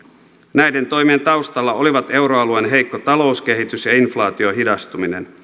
näiden toimien taustalla olivat euroalueen heikko talouskehitys ja inflaation hidastuminen